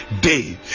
day